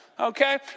Okay